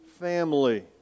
family